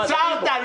עצרת.